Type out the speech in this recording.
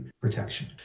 protection